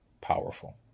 powerful